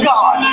God